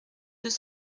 deux